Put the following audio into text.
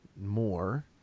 more